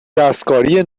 دستکاری